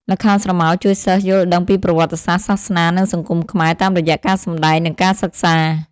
ល្ខោនស្រមោលជួយសិស្សយល់ដឹងពីប្រវត្តិសាស្ត្រ សាសនា និងសង្គមខ្មែរ តាមរយៈការសម្តែង និងការសិក្សា។